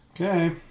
Okay